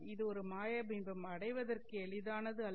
இது ஒரு மாய பிம்பம் அடைவதற்கு எளிதானது அல்ல